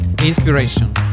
Inspiration